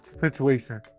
situation